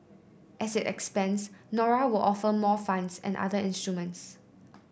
as it expands Nora will offer more funds and other instruments